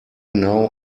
now